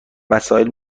وسایل